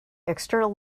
external